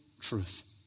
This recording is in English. truth